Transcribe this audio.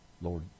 Lord